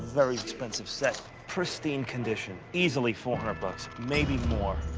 very expensive set. pristine condition. easily four hundred bucks, maybe more.